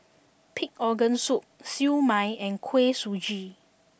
Pig Organ Soup Siew Mai and Kuih Suji